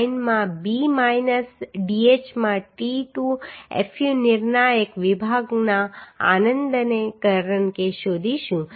9 માં B minus dh માં t to fu નિર્ણાયક વિભાગના આનંદને કારણે શોધીશું